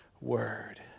word